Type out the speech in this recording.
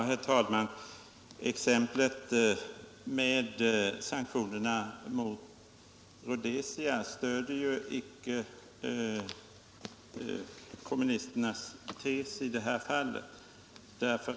Herr talman! Exemplet med sanktionerna mot Rhodesia stöder inte kommunisternas tes.